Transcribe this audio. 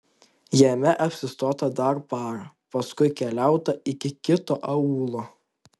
jame apsistota dar parą paskui keliauta iki kito aūlo